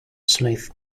smith